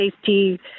safety